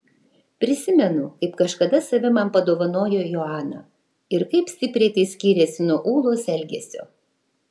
prisimenu kaip kažkada save man padovanojo joana ir kaip stipriai tai skyrėsi nuo ūlos elgesio